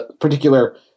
particular